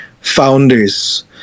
founders